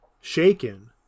shaken